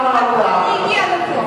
והשרה הגיעה לפה.